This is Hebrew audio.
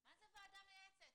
מה זה ועדה מייעצת?